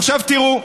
עכשיו תראו,